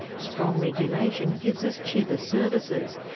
strong regulation gives us cheaper services,